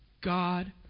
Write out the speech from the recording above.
God